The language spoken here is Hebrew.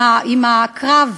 עם הקרב